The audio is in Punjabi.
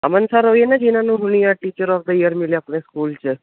ਅਮਨ ਸਰ ਓਹੀ ਹੈ ਨਾ ਜਿਨ੍ਹਾਂ ਨੂੰ ਹੁਣੇ ਆਹ ਟੀਚਰ ਆਫ ਦਾ ਈਅਰ ਮਿਲਿਆ ਆਪਣੇ ਸਕੂਲ 'ਚ